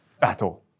battle